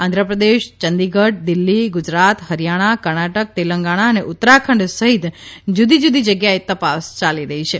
આંધ્રપ્રદેશ ચંદીગઢ દિલ્હી ગુજરાત હરિયાણા કર્ણાટક તેલંગણા અને ઉતરાખંડ સહિત જુદી જુદી જગ્યાએ તપાસ યાલી રહી છે